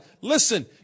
Listen